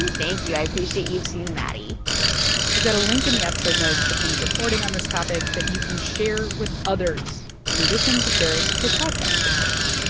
and thank you. i appreciate you too, maddie we've got a link in the episode notes to pien's reporting on this topic that you can share with others in addition to sharing this podcast, of course.